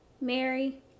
Mary